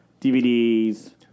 DVDs